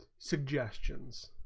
suggestions